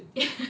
expired